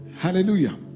Hallelujah